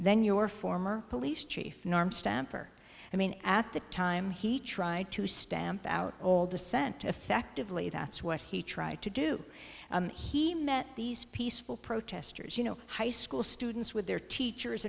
than your former police chief norm stamper i mean at the time he tried to stamp out all the scent effectively that's what he tried to do and he met these peaceful protesters you know high school students with their teachers